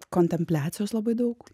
kontempliacijos labai daug